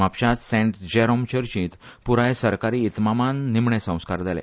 म्हापश्यांत saint Jerome चर्चीत पुराय सरकारी इतमामान निमाणे संस्कार जाले